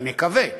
אני מקווה,